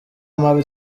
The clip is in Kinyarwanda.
mabi